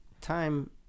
time